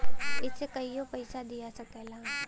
इसे कहियों पइसा दिया सकला